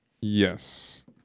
Yes